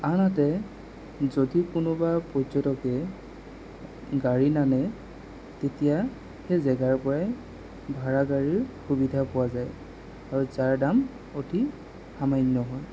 আনহাতে যদি কোনোবা পৰ্যটকে গাড়ী নানে তেতিয়া সেই জেগাৰ পৰাই ভাড়া গাড়ীৰ সুবিধা পোৱা যায় আৰু যাৰ দাম অতি সামান্য হয়